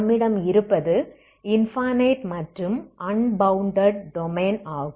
நம்மிடம் இருப்பது இன்பனைட் மற்றும் அன்பௌன்டட் டொமைன் ஆகும்